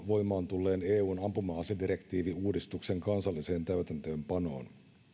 voimaan tulleen eun ampuma asedirektiiviuudistuksen kansalliseen täytäntöönpanoon